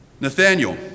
Nathaniel